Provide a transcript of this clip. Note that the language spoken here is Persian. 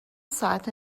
ساعت